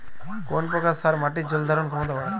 কোন প্রকার সার মাটির জল ধারণ ক্ষমতা বাড়ায়?